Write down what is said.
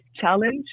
challenge